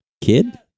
kid